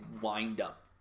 wind-up